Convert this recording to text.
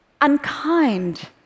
unkind